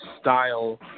style